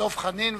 דב חנין.